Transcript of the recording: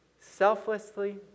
selflessly